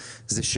זה,